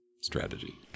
strategy